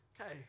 Okay